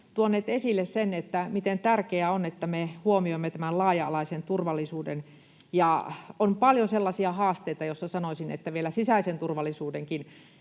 tuoneet esille sen, miten tärkeää on, että me huomioimme tämän laaja-alaisen turvallisuuden. Ja on paljon sellaisia haasteita, joita, sanoisin, vielä sisäisen turvallisuudenkin